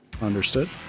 Understood